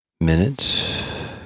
minutes